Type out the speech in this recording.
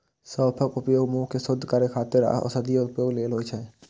सौंफक उपयोग मुंह कें शुद्ध करै खातिर आ औषधीय उपयोग लेल होइ छै